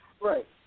Right